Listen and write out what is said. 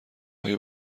آیا